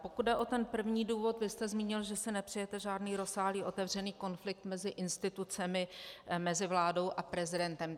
Pokud jde o ten první důvod, vy jste zmínil, že si nepřejete žádný rozsáhlý otevřený konflikt mezi institucemi, mezi vládou a prezidentem.